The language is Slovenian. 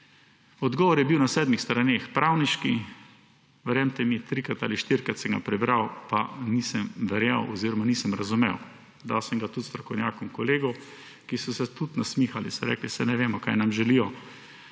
odgovor je bil na sedmih straneh, pravniški. Verjemite mi, trikrat ali štirikrat sem ga prebral, pa nisem verjel oziroma nisem razumel. Dal sem ga tudi strokovnjakom, kolegom, ki so se tudi nasmihali, so rekli, saj ne vemo, kaj nam želijo